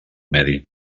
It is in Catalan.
medi